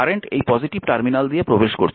current এই positive terminal দিয়ে প্রবেশ করছে